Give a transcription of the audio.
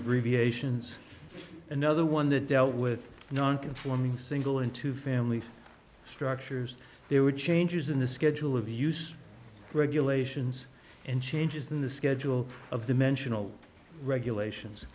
abbreviations another one that dealt with non conforming single into family structures there were changes in the schedule of use regulations and changes in the schedule of dimensional regulations